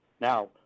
Now